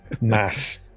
mass